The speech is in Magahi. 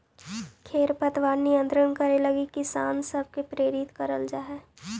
खेर पतवार नियंत्रण करे लगी किसान सब के प्रेरित करल जाए